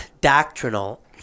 doctrinal